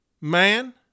man